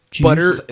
butter